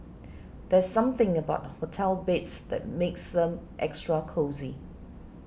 there's something about hotel beds that makes them extra cosy